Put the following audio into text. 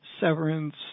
severance